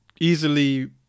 easily